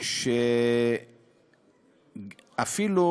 שאפילו